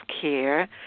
care